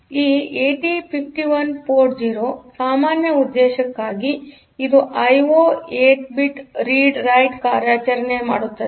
ಈ 8051 ಪೋರ್ಟ್ 0 ಸಾಮಾನ್ಯ ಉದ್ದೇಶಕ್ಕಾಗಿ ಇದು ಐಒ 8 ಬಿಟ್ ರೀಡ್ ರೈಟ್ ಕಾರ್ಯಾಚರಣೆ ಮಾಡುತ್ತದೆ